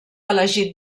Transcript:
elegit